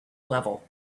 level